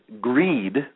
greed